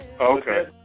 Okay